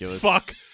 Fuck